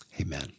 amen